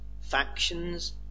factions